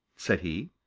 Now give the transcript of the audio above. said he.